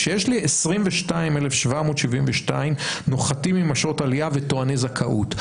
כשיש לי 22,772 נוחתים עם אשרות עלייה וטועני זכאות,